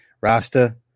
Rasta